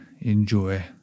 enjoy